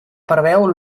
preveu